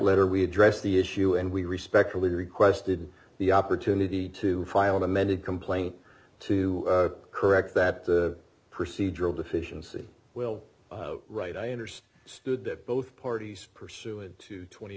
letter we address the issue and we respectfully requested the opportunity to file an amended complaint to correct that the procedural deficiency will right i understand stood that both parties pursuant to twenty